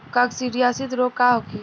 काकसिडियासित रोग का होखे?